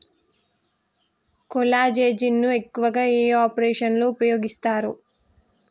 కొల్లాజెజేని ను ఎక్కువగా ఏ ఆపరేషన్లలో ఉపయోగిస్తారు?